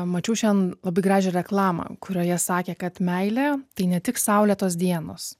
mačiau šiandien labai gražią reklamą kurioje sakė kad meilė tai ne tik saulėtos dienos